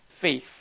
faith